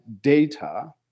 data